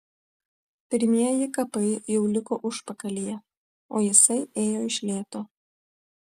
pirmieji kapai jau liko užpakalyje o jisai ėjo iš lėto